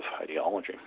ideology